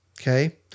okay